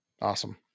Awesome